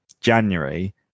January